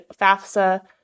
FAFSA